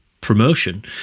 promotion